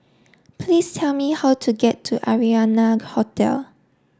please tell me how to get to Arianna Hotel